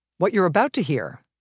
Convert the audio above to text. what you're about to hear,